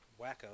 wacko